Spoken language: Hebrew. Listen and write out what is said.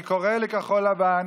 אני קורא לכחול לבן